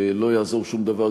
שלא יעזור שום דבר,